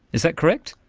is that correct?